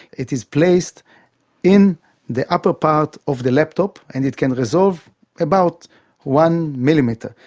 it is placed in the upper part of the laptop and it can resolve about one millimetre.